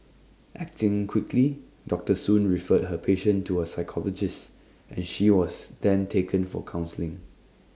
acting quickly doctor soon referred her patient to A psychologist and she was then taken for counselling